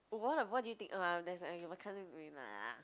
what what do you think